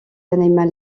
animal